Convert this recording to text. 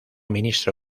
ministro